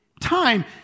time